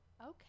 Okay